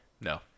No